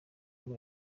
muri